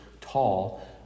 tall